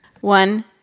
One